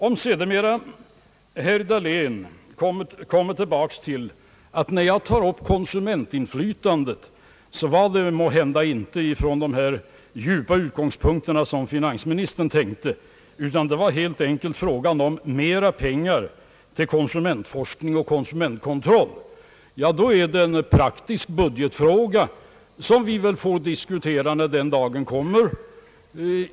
Om herr Dahlén sedermera kommer tillbaka och säger, att han inte tagit upp frågan om konsumentinflytandet från de djupa utgångspunkter, som finansministern tänkte, utan att det helt enkelt var fråga om mera pengar till konsumentforskning 0o.s.v., så måste jag ju säga att i så fall är det en praktisk budgetfråga som vi väl får diskutera när den dagen kommer.